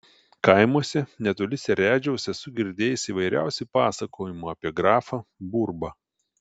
kaimuose netoli seredžiaus esu girdėjęs įvairiausių pasakojimų apie grafą burbą